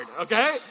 Okay